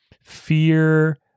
fear